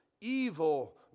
evil